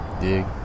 Dig